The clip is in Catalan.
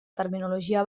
terminologia